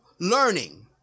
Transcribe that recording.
learning